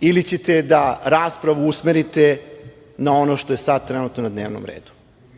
ili ćete da raspravu usmerite na ono što je sada trenutno na dnevnom redu? Vrlo